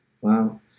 Wow